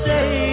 Say